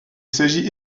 s’agit